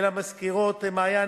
ולמזכירות מעיין,